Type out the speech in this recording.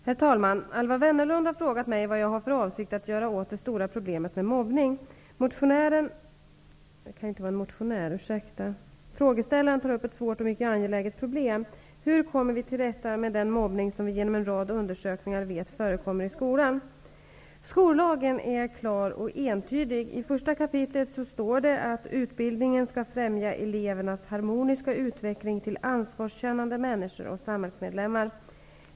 Herr talman! Alwa Wennerlund har frågat mig vad jag har för avsikt att göra åt det stora problemet med mobbning. Frågeställaren tar upp ett svårt och mycket angeläget problem. Hur kommer vi till rätta med den mobbning, som vi genom en rad undersökningar, vet förekommer i skolan? Skollagen är klar och entydig. I första kapitlet står bl.a.: ''Utbildningen skall främja elevernas harmoniska utveckling till ansvarskännande människor och samhällsmedlemmar.''